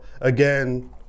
Again